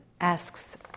asks